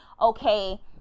okay